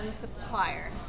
supplier